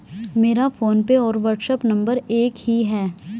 मेरा फोनपे और WhatsApp number एक ही है